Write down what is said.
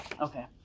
Okay